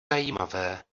zajímavé